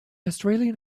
australian